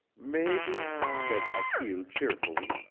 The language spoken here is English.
maybee, said achille cheerfully,